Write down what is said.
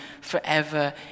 forever